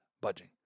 budging